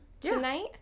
tonight